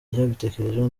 yabitekerejeho